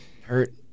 hurt